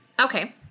Okay